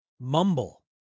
mumble